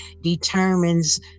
determines